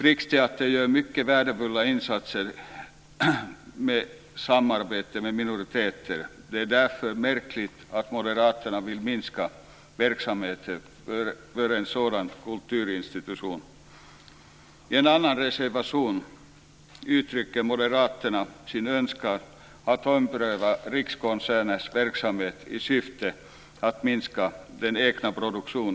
Riksteatern gör mycket värdefulla insatser när det gäller samarbetet med minoriteter. Därför är det märkligt att moderaterna vill minska verksamheten för en sådan här kulturinstitution. I en annan reservation uttrycker moderaterna sin önskan att ompröva Rikskonserters verksamhet i syfte att minska den egna produktionen.